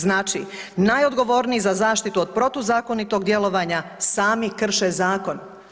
Znači, najodgovorniji za zaštitu od protuzakonitog djelovanja sami krše zakon.